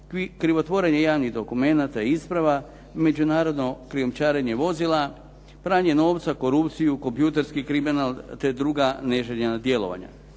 krivotvorenje javnih dokumenata i isprava, međunarodno krijumčarenje vozila, pranje novca, korupciju, kompjuterski kriminal, te druga neželjena djelovanja.